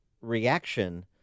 reaction